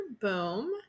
Boom